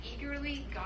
eagerly